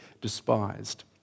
despised